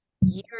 years